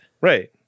Right